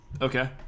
Okay